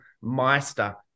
Meister